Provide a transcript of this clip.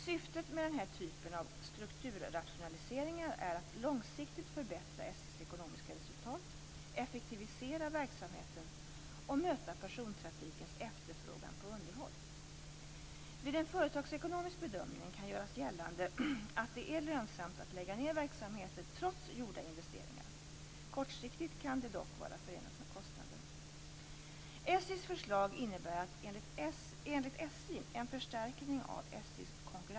Syftet med den här typen av strukturrationaliseringar är att långsiktigt förbättra SJ:s ekonomiska resultat, effektivisera verksamheten och möta persontrafikens efterfrågan på underhåll. Vid en företagsekonomisk bedömning kan göras gällande att det är lönsamt att lägga ned verksamheter trots gjorda investeringar. Kortsiktigt kan det dock vara förenat med kostnader. SJ:s konkurrenskraft.